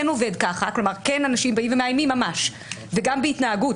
כן אנשים באים ומאיימים ממש, וגם בהתנהגות.